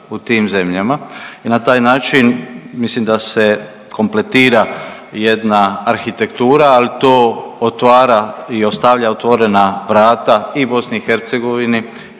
u tim zemljama i na taj način mislim da se kompletira jedna arhitektura, al to otvara i ostavlja otvorena vrata i BiH i Kosovu